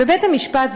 בבית-המשפט,